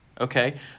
Okay